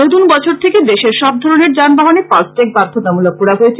নতন বছর থেকে দেশের সব ধরণের যানবাহনে ফাসট্যাগ বাধ্যতামূলক করা হয়েছে